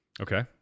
Okay